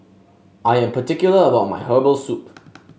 I am particular about my Herbal Soup